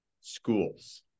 schools